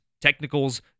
technicals